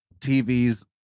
TVs